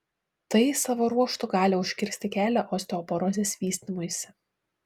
tai savo ruožtu gali užkirsti kelią osteoporozės vystymuisi